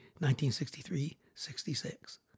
1963-66